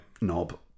knob